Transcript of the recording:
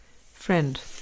Friend